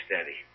steady